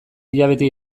hilabete